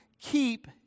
Keep